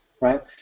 right